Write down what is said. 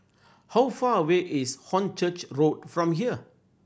how far away is Hornchurch Road from here